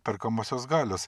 perkamosios galios